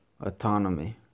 autonomy